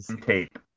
tape